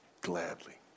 gladly